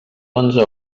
onze